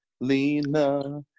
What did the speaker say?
Lena